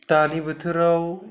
दानि बोथोराव